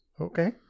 Okay